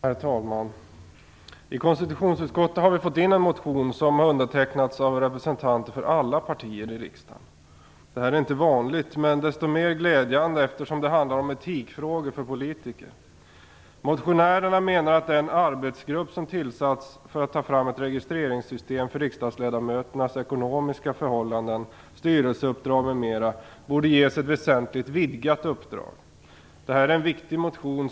Herr talman! I konstitutionsutskottet har vi fått in en motion som har undertecknats av representanter för alla partier i riksdagen. Det är inte vanligt. Men det är desto mer glädjande, eftersom det handlar om etikfrågor för politiker. Motionärerna menar att den arbetsgrupp som har tillsatts för att ta fram ett registreringssystem för riksdagsledamöternas ekonomiska förhållanden, styrelseuppdrag m.m. borde ges ett väsentligt vidgat uppdrag. Detta är en viktig motion.